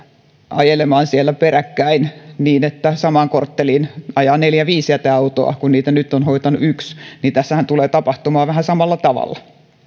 ajelemaan siellä peräkkäin niin että samaan kortteliin ajaa neljä viisi jäteautoa kun niitä nyt on hoitanut yksi niin tässähän tulee tapahtumaan vähän samalla tavalla